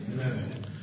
Amen